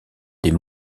des